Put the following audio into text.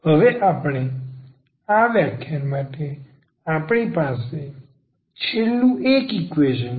હવે આ વ્યાખ્યાન માટે આપણી પાસે છેલ્લું એક ઈકવેશન છે